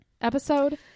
episode